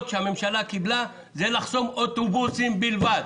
שהממשלה קיבלה היא לחסום אוטובוסים בלבד.